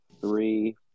three